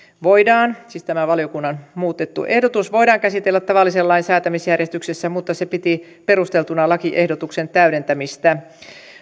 siis tämä valiokunnan muutettu ehdotus voidaan käsitellä tavallisen lain säätämisjärjestyksessä mutta se piti perusteltuna lakiehdotuksen täydentämistä